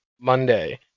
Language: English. Monday